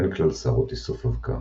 אין כלל שערות איסוף אבקה,